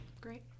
Great